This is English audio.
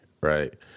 right